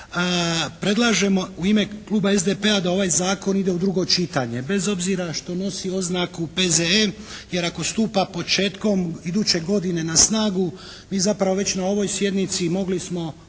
predlažemo u ime Kluba SDP- a da ovaj zakon ide u drugo čitanje. Bez obzira što nosi oznaku P.Z.E. jer ako stupa početkom iduće godine na snagu mi zapravo već na ovoj sjednici mogli smo